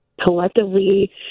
collectively